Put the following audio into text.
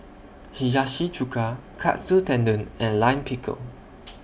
Hiyashi Chuka Katsu Tendon and Lime Pickle